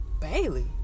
Bailey